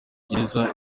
gereza